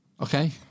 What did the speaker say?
Okay